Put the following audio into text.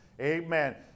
amen